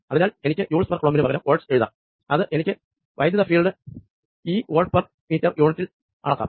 അതിനാൽ എനിക്ക് joules per coulomb ന് പകരം വോൾട്സ് എഴുതാം അത് എനിക്ക് വൈദ്യുത ഫീൽഡ് ഈ വോൾട് പെർ മീറ്റർ യൂണിറ്റിൽ അളക്കാം